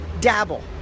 dabble